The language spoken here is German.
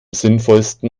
sinnvollsten